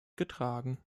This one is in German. getragen